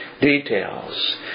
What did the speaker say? details